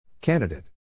Candidate